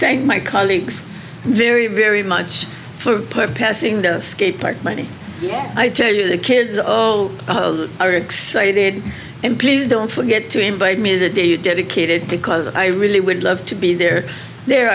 thank my colleagues very very much for play passing the skate park many i tell you the kids are excited and please don't forget to invite me that day dedicated because i really would love to be there there